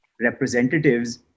representatives